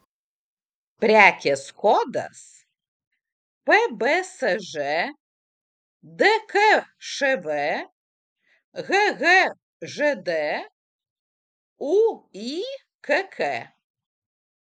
prekės kodas pbsž dkšv hhžd uykk